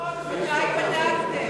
אדוני היושב-ראש, מתי בדקתם?